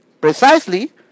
Precisely